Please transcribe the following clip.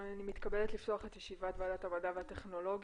אני מתכבדת לפתוח את ישיבת ועדת המדע והטכנולוגיה.